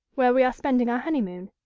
where we are spending our honeymoon.